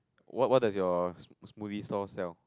what what does your smo~ smoothie stall sell